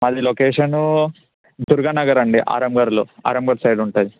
అది లొకేషను దుర్గా నగర్ అండి ఆరంభర్లో ఆరంభర్ సైడ్ ఉంటుంది